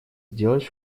сделать